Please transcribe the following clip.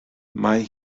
mae